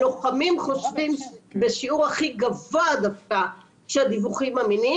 הלוחמים חושבים בשיעור הכי גבוה דווקא שהדיווחים אמינים,